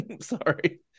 Sorry